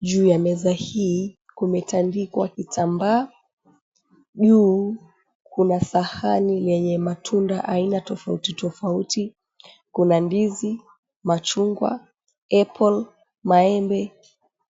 Juu ya meza hii kumetandikwa kitambaa. Juu kuna sahani yenye matunda aina tofauti tofauti, kuna ndizi, machungwa, apple , maembe,